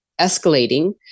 escalating